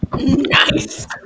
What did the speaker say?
Nice